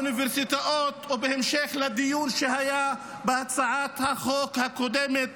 בהמשך לדיון שהיה בהצעת החוק הקודמת,